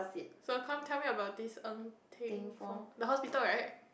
so come tell me about this Ng-Teng-Fong